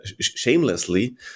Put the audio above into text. shamelessly